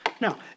Now